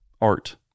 Art